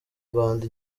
rwanda